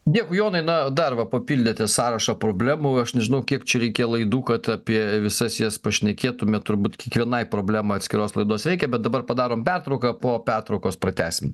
dėkui jonai na dar va papildėte sąrašą problemų aš nežinau kiek čia reikia laidų kad apie visas jas pašnekėtume turbūt kiekvienai problema atskiros laidos reikia bet dabar padarom pertrauką po pertraukos pratęsim